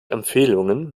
empfehlungen